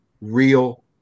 real